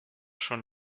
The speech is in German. schon